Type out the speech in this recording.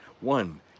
One